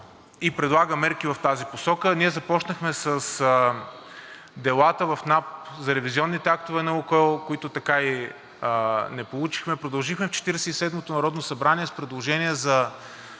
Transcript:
и предлага мерки в тази посока. Ние започнахме с делата в НАП за ревизионните актове на „Лукойл“, които така и не получихме. Продължихме в Четиридесет и седмото народно събрание с предложение за